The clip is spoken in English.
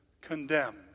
condemned